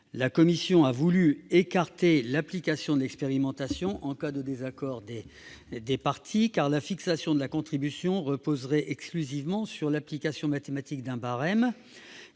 La commission a voulu en revanche écarter l'application de l'expérimentation en cas de désaccord des parties, car la fixation de la contribution reposerait exclusivement sur l'application mathématique d'un barème,